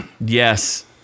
Yes